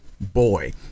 Boy